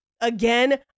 Again